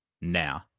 now